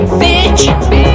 bitch